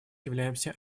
являемся